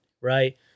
right